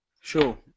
Sure